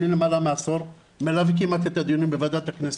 אני למעלה מעשור מלווה את הדיונים בוועדות הכסף,